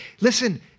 Listen